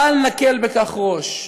בל נקל בכך ראש.